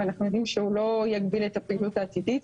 ואנחנו יודעים שהוא לא יגביל את הפעילות העתידית.